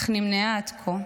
אך נמנעה עד כה,